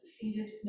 seated